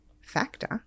factor